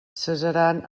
cessaran